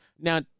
Now